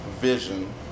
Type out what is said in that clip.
vision